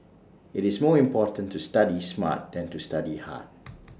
IT is more important to study smart than to study hard